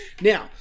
Now